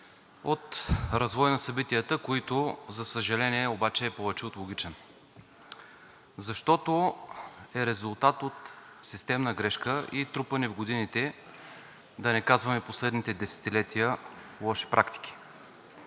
от развоя на събитията, който обаче, за съжаление, е повече от логичен, защото е резултат от системна грешка и трупани в годините – да не казвам последните десетилетия, лоши практики.